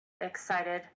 excited